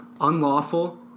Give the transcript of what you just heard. unlawful